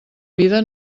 vida